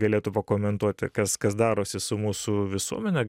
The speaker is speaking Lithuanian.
galėtų pakomentuoti kas kas darosi su mūsų visuomene